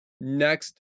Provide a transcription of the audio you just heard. next